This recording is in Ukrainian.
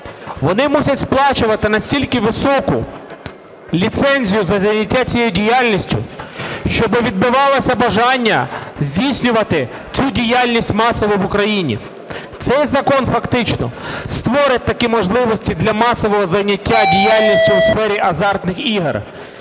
вони мусять сплачувати настільки високу ліцензію за зайняття цією діяльністю, щоб відбивалося бажання здійснювати цю діяльність масово в Україні. Цей закон фактично створить такі можливості для масового зайняття діяльністю у сфері азартних ігор.